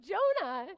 Jonah